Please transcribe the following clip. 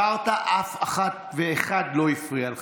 כשאתה דיברת אף אחת ואחד לא הפריעו